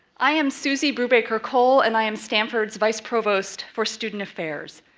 i am susie brubaker-cole, and i am stanford's vice provost for student affairs.